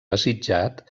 desitjat